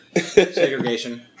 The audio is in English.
segregation